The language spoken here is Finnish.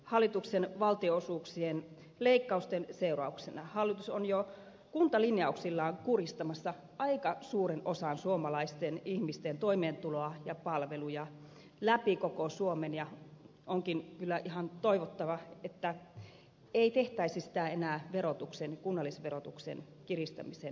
hallituksen valtionosuuksien leikkausten seurauksena hallitus on jo kuntalinjauksillaan kurjistamassa suomalaisista ihmisistä aika suuren osan toimeentuloa ja palveluja läpi koko suomen ja onkin kyllä ihan toivottavaa että ei tehtäisi sitä enää kunnallisverotuksen kiristämisen kautta